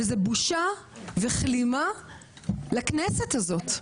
וזאת בושה וכלימה לכנסת הזאת.